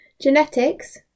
genetics